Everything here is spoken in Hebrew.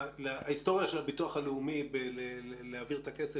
ההיסטוריה של הביטוח הלאומי להעביר את הכסף